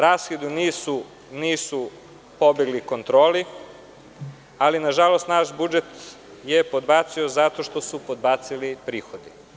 Rashodi nisu pobegli kontroli, ali, nažalost, naš budžet je podbacio zato što su podbacili prihodi.